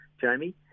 Jamie